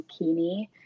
zucchini